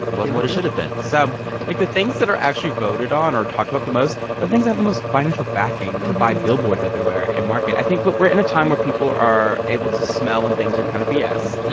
wasn't what it should have been so like, the things that are actually voted on or talked about the most are things that have the most financial backing to buy billboards everywhere and market. i think what we're in a time where people are able to smell when and things are kind of b s.